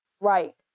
Right